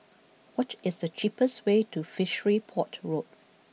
What is the cheapest way to Fishery Port Road